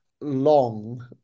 long